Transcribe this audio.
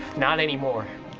not anymore.